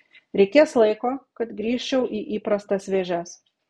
reikės laiko kad grįžčiau į įprastas vėžes